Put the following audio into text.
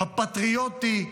הפטריוטי,